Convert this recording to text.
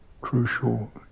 crucial